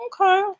okay